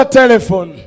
telephone